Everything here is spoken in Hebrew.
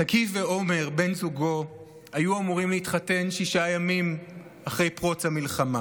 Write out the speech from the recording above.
שגיא ועומר בן זוגו היו אמורים להתחתן שישה ימים אחרי פרוץ המלחמה.